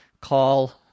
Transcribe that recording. call